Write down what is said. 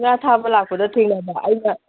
ꯉꯥ ꯊꯥꯕ ꯂꯥꯛꯄꯗ ꯊꯦꯡꯅꯕ ꯑꯩꯒ